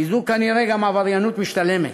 כי זו כנראה גם עבריינות משתלמת.